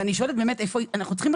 ואני שואלת בסוף איפה האיזון.